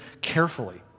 carefully